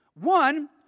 One